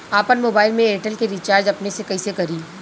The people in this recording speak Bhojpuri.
आपन मोबाइल में एयरटेल के रिचार्ज अपने से कइसे करि?